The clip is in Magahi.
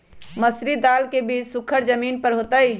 मसूरी दाल के बीज सुखर जमीन पर होतई?